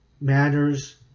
manners